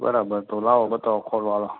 બરાબર તો લાવો બતાવો ખોલો ચાલો